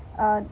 uh